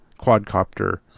quadcopter